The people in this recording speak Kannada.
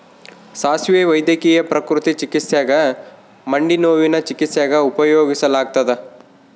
ಸಾಸುವೆ ವೈದ್ಯಕೀಯ ಪ್ರಕೃತಿ ಚಿಕಿತ್ಸ್ಯಾಗ ಮಂಡಿನೋವಿನ ಚಿಕಿತ್ಸ್ಯಾಗ ಉಪಯೋಗಿಸಲಾಗತ್ತದ